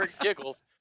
giggles